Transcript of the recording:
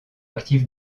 actif